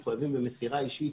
סיפרתי חוויה אישית